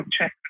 check